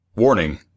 Warning